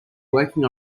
working